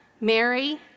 Mary